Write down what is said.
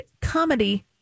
comedy